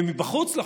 ומבחוץ לחוץ,